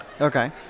Okay